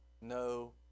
no